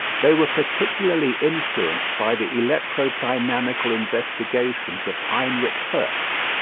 they were particularly influenced by the electro-dynamical investigations of heinrich hertz.